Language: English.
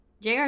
JR